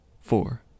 four